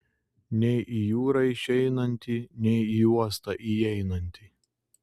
nei į jūrą išeinantį nei į uostą įeinantį